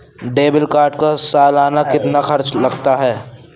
Debit card में सालाना कितना खर्च लगता है?